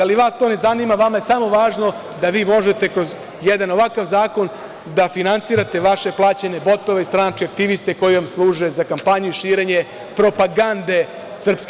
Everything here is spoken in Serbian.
Ali, vas to ne zanima, vama je samo važno da vi možete kroz jedan ovakav zakon da finansirate vaše plaćene botove i stranačke aktiviste koji vam služe za kampanju i širenje propagande SNS.